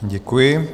Děkuji.